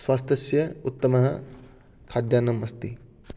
स्वास्थ्यस्य उत्तमः खाद्यान्नमस्ति